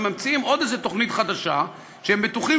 הם ממציאים עוד איזה תוכנית חדשה שהם בטוחים